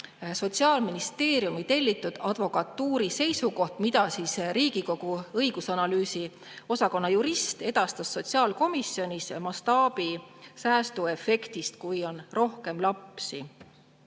Sotsiaalministeeriumi tellitud advokatuuri seisukoht, mille Riigikogu õigus- ja analüüsiosakonna jurist edastas sotsiaalkomisjonis. [Jutt on] mastaabisäästuefektist, kui on rohkem lapsi.